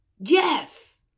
Yes